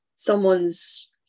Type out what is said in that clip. someone's